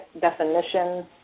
definition